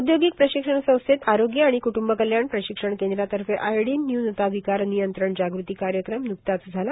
औदयोगिक प्रशिक्षण संस्थेत आरोग्य आणि क्टुंब कल्याण प्रशिक्षण केंद्रातर्फे आयोडिन न्यूनता विकार नियंत्रण जागृती कार्यक्रम नुकताच झाला